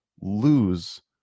lose